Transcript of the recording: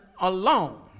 alone